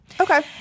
Okay